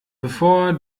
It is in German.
bevor